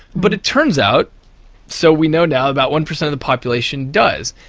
but it turns out so we know now about one per cent of the population does.